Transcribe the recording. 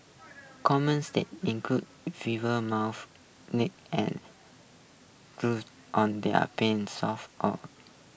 common state include fever mouth and on thier palms soles or